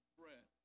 bread